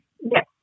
Yes